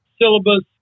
syllabus